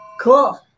Cool